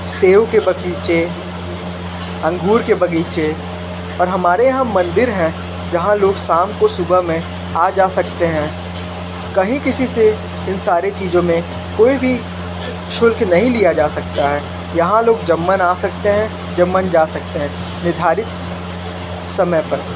सेब के बगीचे अंगूर के बगीचे और हमारे यहाँ मंदिर है जहाँ लोग शाम को सुबह में आ जा सकते हैं कहीं किसी से इन सारी चीजों में कोई भी शुल्क नहीं लिया जा सकता है यहाँ लोग जब मन आ सकते हैं जब मन जा सकते हैं निधारित समय पर